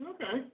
Okay